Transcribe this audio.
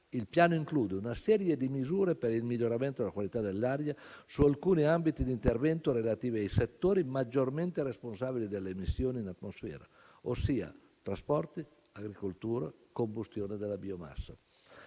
che include una serie di misure per il miglioramento della qualità dell'aria su alcuni ambiti d'intervento relativi ai settori maggiormente responsabili delle emissioni in atmosfera (ossia trasporti, agricoltura e combustione della biomassa).